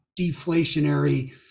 deflationary